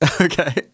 Okay